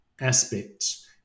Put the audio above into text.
aspects